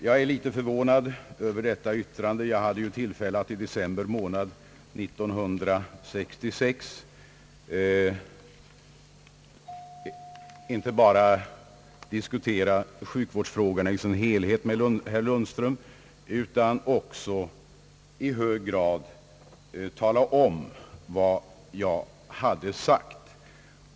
Jag är litet förvånad över detta yttrande. Jag hade ju tillfälle att i december månad 1966 inte bara diskutera sjukvårdsfrågorna i sin helhet med herr Lundström utan också att utförligt tala om vad jag hade sagt.